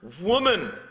woman